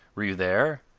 were you there?